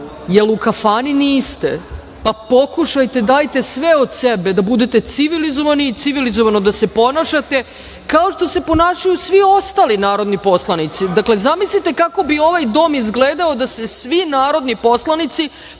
jer u kafani niste, pa pokušajte, dajte sve od sebe da budete civilizovani i civilizovano da se ponašate, kao što se ponašaju svi ostali narodni poslanici. Dakle, zamislite kako bi ovaj dom izgledao da se svi narodni poslanici